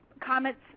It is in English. comments